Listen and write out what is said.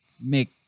make